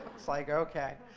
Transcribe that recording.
it's like, ok.